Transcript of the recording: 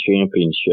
championship